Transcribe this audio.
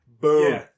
Boom